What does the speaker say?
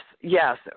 yes